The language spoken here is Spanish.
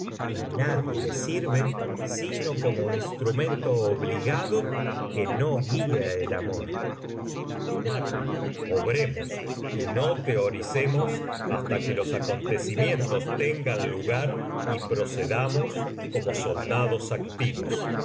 y nadie le sirve sino como instrumento obligado que no guía el amor obremos y no teoricemos hasta que los acontecimientos tengan lugar y procedamos como soldados activos